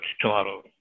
tomorrow